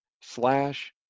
slash